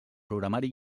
programari